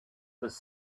was